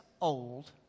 old